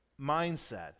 mindset